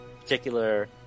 particular